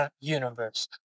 universe